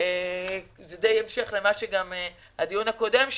כהמשך לדיון הקודם שהיה,